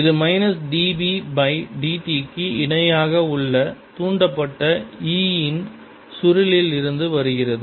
இது minus d B by d t க்கு இணையாக உள்ள தூண்டப்பட்ட E யின் சுருளில் இருந்து வருகிறது